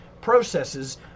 processes